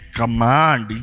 command